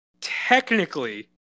technically